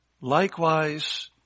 Likewise